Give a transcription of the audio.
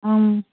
ꯎꯝ